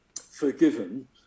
forgiven